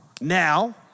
now